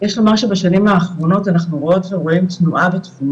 יש לומר שבשנים האחרונה אנחנו רואות ורואים תנועה בתחום,